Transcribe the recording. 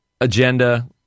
agenda